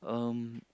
um